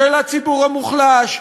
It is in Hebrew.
של הציבור המוחלש,